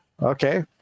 Okay